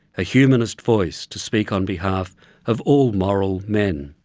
a humanist voice to speak on behalf of all moral men.